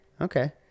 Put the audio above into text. Okay